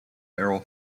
barrel